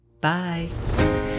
Bye